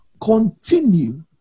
Continue